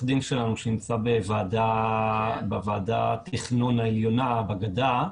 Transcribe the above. הדין שנמצא בוועדת תכנון עליונה בגדה.